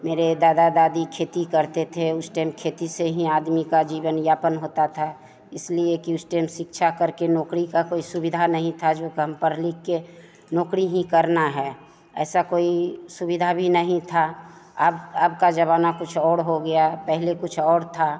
मेरे दादा दादी खेती करते थे उस टाइम खेती से ही आदमी का जीवन यापन होता था इसलिए कि उस टाइम शिक्षा करके नौकरी की कोई सुविधा नहीं थी जो कम पढ़ लिखकर नौकरी ही करनी है ऐसी कोई सुविधा भी नहीं थी अब अब का ज़माना कुछ और हो गया है पहले कुछ और था